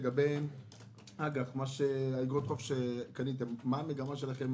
לגבי אגרות חוב שקניתם מה המגמה שלכם